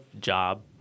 job